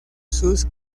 sus